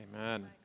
Amen